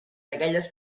aquelles